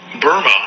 Burma